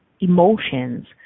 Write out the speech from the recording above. emotions